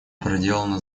проделана